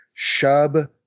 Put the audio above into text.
Shub